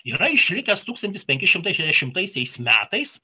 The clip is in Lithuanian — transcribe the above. yra išlikęs tūkstantis penki šimtai šešiasdešimtaisiais metais